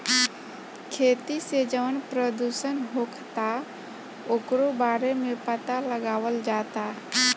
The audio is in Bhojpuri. खेती से जवन प्रदूषण होखता ओकरो बारे में पाता लगावल जाता